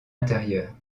intérieure